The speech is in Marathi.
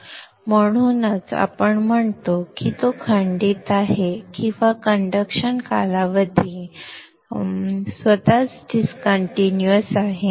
म्हणून म्हणूनच आपण म्हणतो की तो खंडित आहे किंवा कंडक्शन कालावधी स्वतःच डिसकंटीन्यूअस आहे